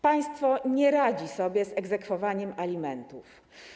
Państwo nie radzi sobie z egzekwowaniem alimentów.